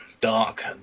dark